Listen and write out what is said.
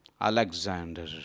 Alexander